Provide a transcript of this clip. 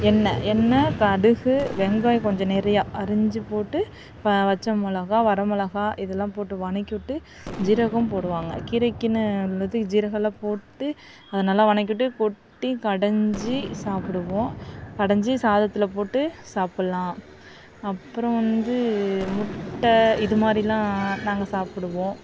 எண்ணெய் எண்ணெய் கடுகு வெங்காயம் கொஞ்சம் நிறையா அரிஞ்சு போட்டு ப பச்சை மெளகாய் வர மொளகாய் இதெல்லாம் போட்டு வணக்கிவிட்டு ஜீரகம் போடுவாங்க கீரைக்கினு உள்ளது ஜீரகமெலாம் போட்டு அதை நல்லா வணக்கிவிட்டு கொட்டி கடைஞ்சு சாப்பிடுவோம் கடைஞ்சு சாதத்தில் போட்டு சாப்புடலாம் அப்புறம் வந்து முட்டை இது மாதிரிலாம் நாங்கள் சாப்பிடுவோம்